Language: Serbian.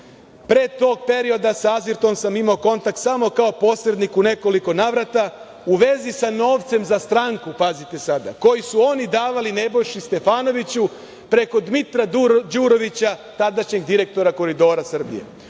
Pre tog perioda sa „Azvirtom“ sam imao kontakt samo kao posrednik u nekoliko navrata u vezi sa novcem za stranku,“ pazite sada, „koji su oni davali Nebojši Stefanoviću preko Dmitra Đurovića, tadašnjeg direktora Koridora Srbije.